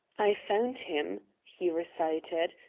i found him, he recited,